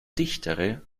dichtere